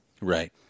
Right